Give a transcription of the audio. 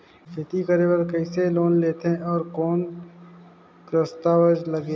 खेती करे बर कइसे लोन लेथे और कौन दस्तावेज लगेल?